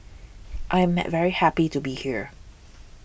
I am might very happy to be here